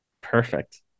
Perfect